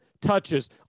touches